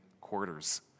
quarters